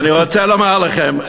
אני רוצה לומר לכם,